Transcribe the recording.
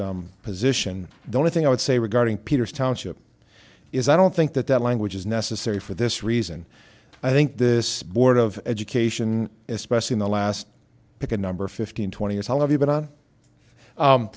that position the only thing i would say regarding peter's township is i don't think that that language is necessary for this reason i think this board of education especially in the last pick a number fifteen twenty years how have you been